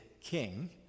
King